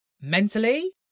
mentally